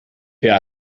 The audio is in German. der